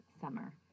summer